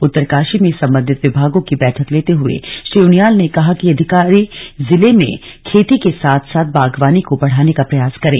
उत्तरकाशी में संबंधित विभागों की बैठक लेते हुए श्री उनियाल ने कहा कि अधिकारी जिले में खेती के साथ साथ बागवानी को बढ़ाने का प्रयास करें